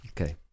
okay